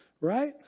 right